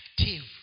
active